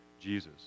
Jesus